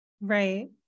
Right